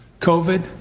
COVID